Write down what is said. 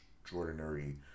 extraordinary